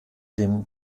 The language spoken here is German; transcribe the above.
dem